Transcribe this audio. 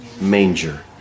manger